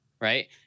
right